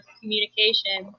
communication